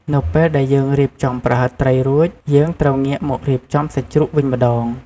នៅពេលដែលយើងរៀបចំប្រហិតត្រីរួច យើងត្រូវងាកមករៀបចំសាច់ជ្រូកវិញម្ដង។